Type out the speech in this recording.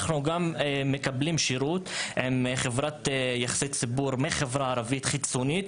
אנחנו גם מקבלים שירות מחברת יחסי ציבור מחברה ערבית חיצונית,